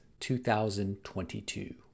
2022